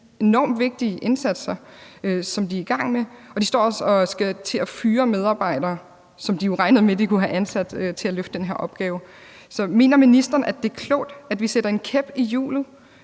enormt vigtige indsatser, som de er i gang med. De står også og skal til at fyre medarbejdere, som de jo regnede med at de kunne have ansat til at løfte den her opgave. Så mener ministeren, at det er klogt, at vi sætter en kæp i hjulet